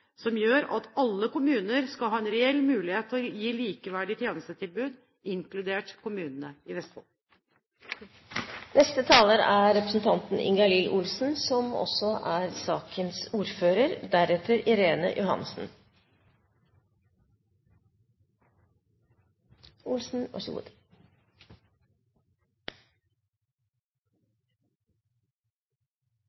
som gjør at alle kommuner skal ha en reell mulighet til å gi likeverdige tjenestetilbud, inkludert kommunene i Vestfold. Vi er vant med at Fremskrittspartiet har penger ingen andre har. Så også